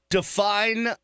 Define